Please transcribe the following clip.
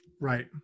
Right